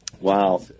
Wow